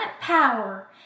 power